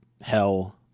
hell